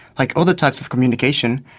like other types of communication,